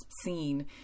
scene